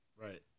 Right